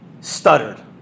stuttered